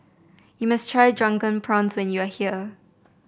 you must try Drunken Prawns when you are here